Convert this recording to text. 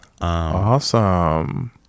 Awesome